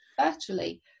virtually